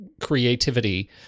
creativity